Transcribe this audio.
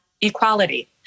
equality